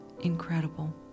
incredible